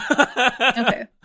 Okay